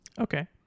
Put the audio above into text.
Okay